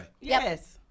Yes